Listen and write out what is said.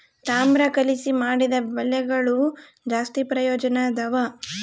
ತಾಮ್ರ ಕಲಿಸಿ ಮಾಡಿದ ಬಲೆಗಳು ಜಾಸ್ತಿ ಪ್ರಯೋಜನದವ